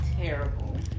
Terrible